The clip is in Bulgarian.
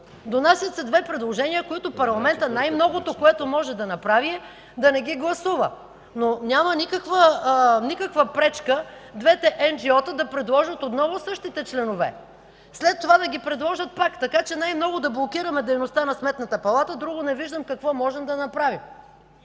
Донасят се две предложения, които парламентът най многото, което може да направи, е да не ги гласува. Но няма никаква пречка двете енджиота да предложат отново същите членове, след това да ги предложат пак, така че най-много да блокираме дейността на Сметната палата. Друго не виждам какво може да направим.